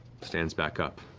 stands back up.